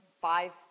five